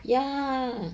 ya